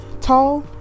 tall